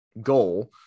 goal